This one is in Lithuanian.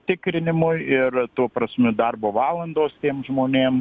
tikrinimui ir tu prasmi darbo valandos tiems žmonėm